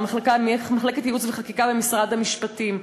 ממחלקת ייעוץ וחקיקה במשרד המשפטים.